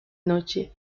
noche